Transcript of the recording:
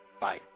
Bye